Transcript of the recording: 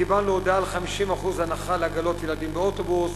קיבלנו הודעה על 50% הנחה לעגלות ילדים באוטובוס,